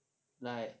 like